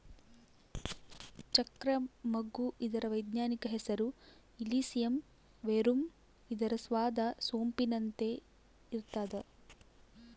ಚಕ್ರ ಮಗ್ಗು ಇದರ ವೈಜ್ಞಾನಿಕ ಹೆಸರು ಇಲಿಸಿಯಂ ವೆರುಮ್ ಇದರ ಸ್ವಾದ ಸೊಂಪಿನಂತೆ ಇರ್ತಾದ